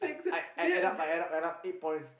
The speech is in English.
I I add up I add up I add up eight points